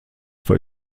bei